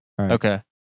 Okay